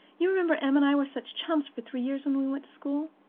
you remember em and i were such chums for three years when we went to school?